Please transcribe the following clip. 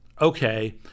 okay